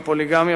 הפוליגמיה,